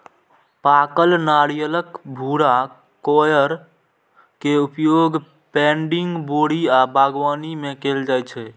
पाकल नारियलक भूरा कॉयर के उपयोग पैडिंग, बोरी आ बागवानी मे कैल जाइ छै